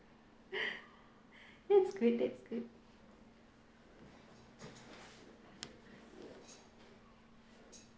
that's good that's good